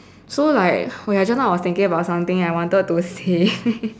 so like oh ya just now I was thinking about something that I wanted to say